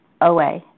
OA